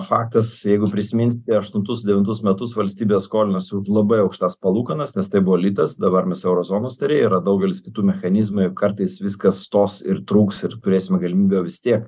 faktas jeigu prisiminsite aštuntus devintus metus valstybė skolinosi už labai aukštas palūkanas nes tai buvo litas dabar mes euro zonos nariai yra daugelis kitų mechanizmų jeigu kartais viskas stos ir trūks ir turėsim galimybę vis tiek